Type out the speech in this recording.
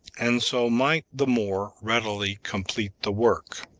and so might the more readily complete the work.